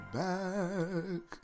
back